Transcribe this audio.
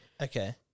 okay